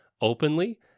openly